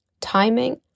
timing